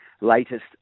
Latest